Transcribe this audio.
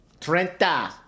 trenta